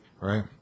right